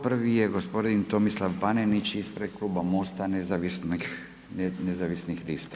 Prvi je gospodin Tomislav Panenić, ispred kluba MOST-a Nezavisnih lista.